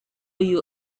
you